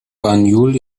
banjul